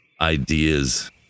ideas